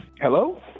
Hello